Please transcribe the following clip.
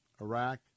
Iraq